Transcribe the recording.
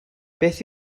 beth